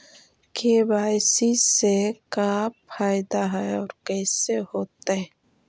KYC से का फायदा है और कैसे होतै?